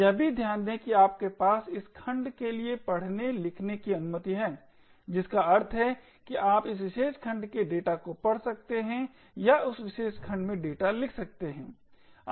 यह भी ध्यान दें कि आपके पास इस खण्ड के लिए पढ़ने लिखने की अनुमतिहै जिसका अर्थ है कि आप उस विशेष खण्ड के डेटा को पढ़ सकते हैं या उस विशेष खण्ड में डेटा लिख सकते हैं